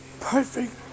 perfect